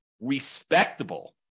respectable